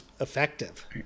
effective